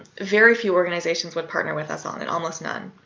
very few organizations would partner with us on it. almost none.